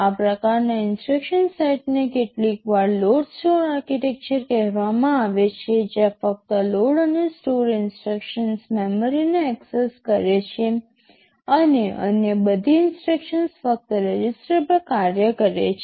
આ પ્રકારના ઇન્સટ્રક્શન સેટને કેટલીકવાર લોડ સ્ટોર આર્કિટેક્ચર કહેવામાં આવે છે જ્યાં ફક્ત લોડ અને સ્ટોર ઇન્સટ્રક્શન્સ મેમરીને એક્સેસ કરે છે અને અન્ય બધી ઇન્સટ્રક્શન્સ ફક્ત રજિસ્ટર પર કાર્ય કરે છે